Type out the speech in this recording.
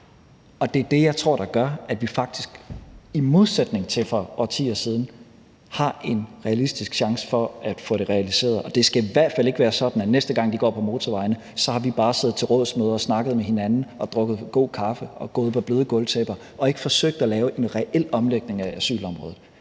det er det, jeg tror gør, at vi faktisk i modsætning til for årtier siden har en realistisk chance for at få det realiseret. Og det skal i hvert fald ikke være sådan, at næste gang de går på motorvejene, har vi bare siddet til rådsmøder og snakket med hinanden og drukket god kaffe og gået på bløde gulvtæpper og ikke forsøgt at lave en reel omlægning af asylområdet.